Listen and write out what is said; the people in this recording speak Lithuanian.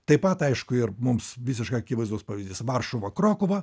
taip pat aišku ir mums visiškai akivaizdus pavyzdys varšuva krokuva